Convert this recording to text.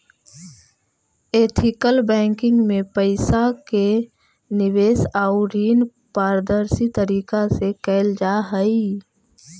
ethical banking में पइसा के निवेश आउ ऋण पारदर्शी तरीका से कैल जा हइ